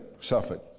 suffered